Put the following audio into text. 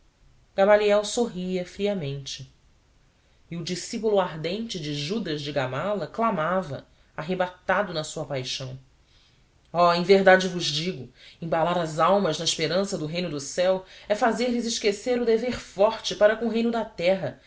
gamaliel sorria friamente e o discípulo ardente de judas de gamala clamava arrebatado na sua paixão oh em verdade vos digo embalar as almas na esperança do reino do céu é fazer-lhes esquecer o dever forte para com o reino da terra